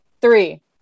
Three